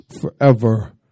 forever